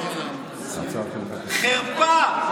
חרפה.